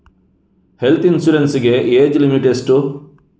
Health insurance ಗೆ age limit ಎಷ್ಟು?